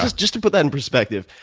just just to put that in perspective.